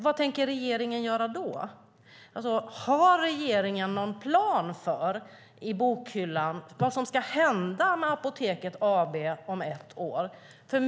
Har regeringen någon plan i bokhyllan för vad som ska hända med Apoteket AB om ett år?